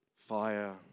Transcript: Fire